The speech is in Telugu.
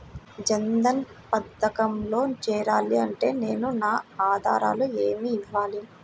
జన్ధన్ పథకంలో చేరాలి అంటే నేను నా ఆధారాలు ఏమి ఇవ్వాలి?